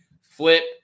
flip